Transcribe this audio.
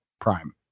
Prime